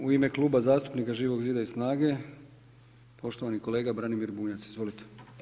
U ime Kluba zastupnika Živog zida i SNAGA-e, poštovani kolega Branimir Bunjac, izvolite.